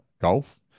golf